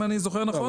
אם אני זוכר נכון.